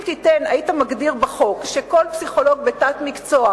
אם היית מגדיר בחוק שכל פסיכולוג בתת-מקצוע,